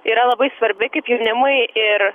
yra labai svarbi kaip jaunimui ir